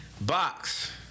Box